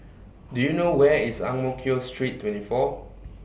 Do YOU know Where IS Ang Mo Kio Street twenty four